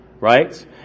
right